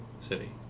city